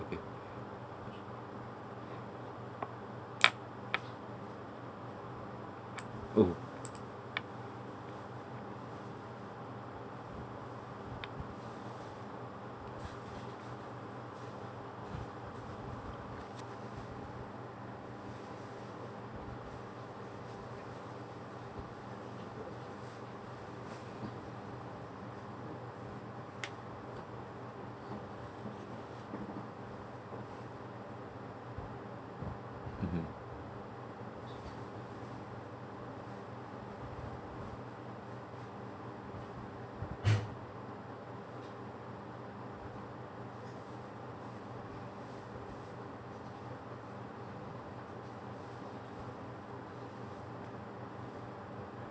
oh mmhmm